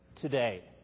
today